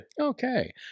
Okay